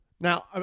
Now